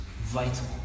vital